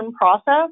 process